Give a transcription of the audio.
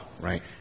right